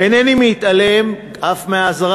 אינני מתעלם אף מהאזהרה.